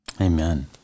Amen